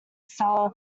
seller